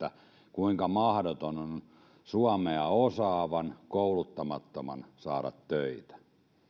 kuinka mahdoton on suomea osaavan kouluttamattoman saada töitä